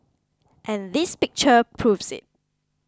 and this picture proves it